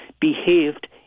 behaved